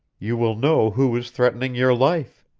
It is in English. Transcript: you will know who is threatening your life.